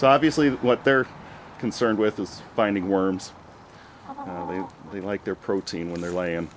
so obviously what they're concerned with is finding worms they like their protein when they're laying